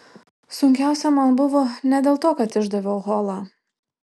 sunkiausia man buvo ne dėl to kad išdaviau holą